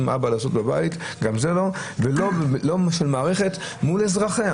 לא של מערכת מול אזרחיה.